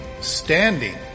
standing